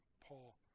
Paul